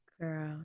Girl